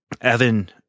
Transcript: Evan